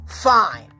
fine